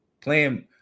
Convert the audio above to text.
playing